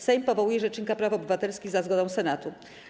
Sejm powołuje rzecznika praw obywatelskich za zgodą Senatu.